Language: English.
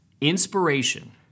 Inspiration